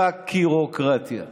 חקירוקרטיה.